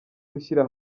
gushyira